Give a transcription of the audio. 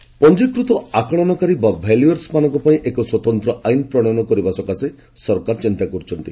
ବ୍ୟାଙ୍କପ୍ସି ଲ ପଞ୍ଜିକୃତ ଆକଳନକାରୀ ବା ଭାଲ୍ୟୁୟର୍ସମାନଙ୍କ ପାଇଁ ଏକ ସ୍ୱତନ୍ତ୍ର ଆଇନ ପ୍ରଣୟନ କରିବାକୁ ସରକାର ଚିନ୍ତା କରୁଛନ୍ତି